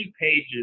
pages